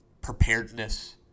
preparedness